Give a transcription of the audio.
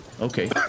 okay